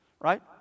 Right